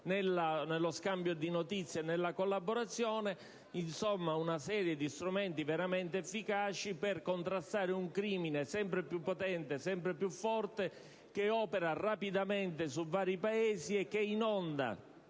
nello scambio di notizie e nella collaborazione. Insomma, una serie di strumenti veramente efficaci per contrastare un crimine sempre più potente e più forte che opera rapidamente in vari Paesi e che inonda